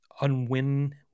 unwin